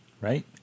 Right